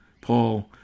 Paul